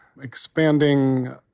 expanding